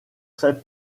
très